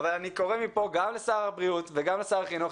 אני קורא מכאן גם לשר הבריאות וגם לשר החינוך,